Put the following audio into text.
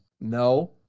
No